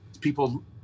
People